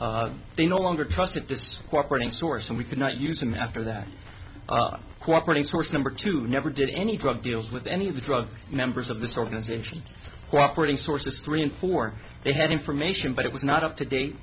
they no longer trusted this cooperated source and we could not use him after that are cooperating source number two never did any drug deals with any of the drug members of this organization cooperating sources three and four they had information but it was not up to date